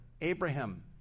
Abraham